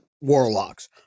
warlocks